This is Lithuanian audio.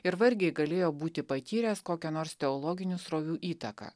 ir vargiai galėjo būti patyręs kokią nors teologinių srovių įtaką